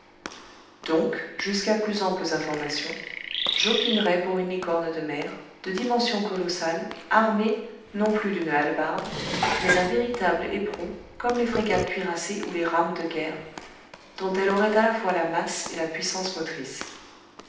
donc jusqu'à plus amples informations j'opinerais pour une licorne de mer de dimensions colossales armée non plus d'une hallebarde mais d'un véritable éperon comme les frégates cuirassées ou les rams de guerre dont elle aurait à la fois la masse et la puissance motrice